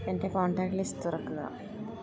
എന്റെ contact list തുറക്കുക